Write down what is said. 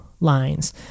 lines